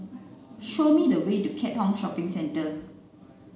show me the way to Keat Hong Shopping Centre